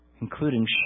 Including